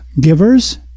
givers